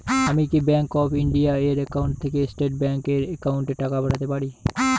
আমি কি Bank of India এর একাউন্ট থেকে স্টেট ব্যাংক এর একাউন্টে টাকা পাঠাতে পারি?